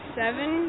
seven